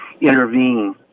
intervene